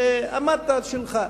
ועמדת על שלך.